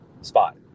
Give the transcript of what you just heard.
spot